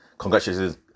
Congratulations